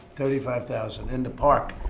thirty five thousand? in the park.